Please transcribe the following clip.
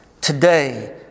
today